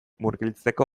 murgiltzeko